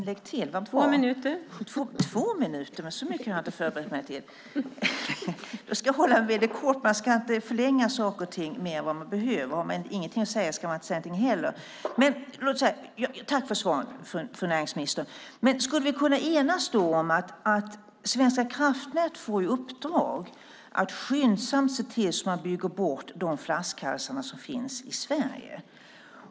Fru talman! Tack för svaren, fru näringsminister! Skulle vi då kunna enas om att Svenska kraftnät får i uppdrag att skyndsamt se till att man bygger bort de flaskhalsar som finns i Sverige?